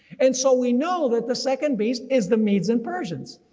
and so we know that the second beast is the medes and persians,